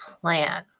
plan